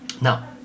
now